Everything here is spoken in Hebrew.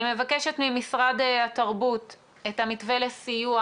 אני מבקשת ממשרד התרבות את המתווה לסיוע